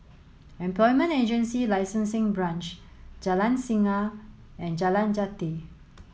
Employment Agency Licensing Branch Jalan Singa and Jalan Jati